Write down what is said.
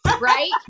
right